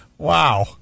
Wow